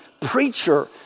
preacher